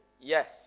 yes